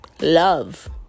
love